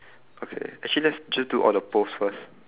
okay actually let's just do all the posts first